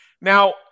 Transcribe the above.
Now